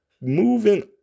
moving